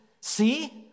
See